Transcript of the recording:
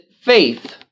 faith